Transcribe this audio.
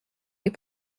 les